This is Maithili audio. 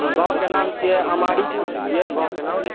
गांवके नाम छियै अमाड़ि छियै गांवके नाम